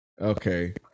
Okay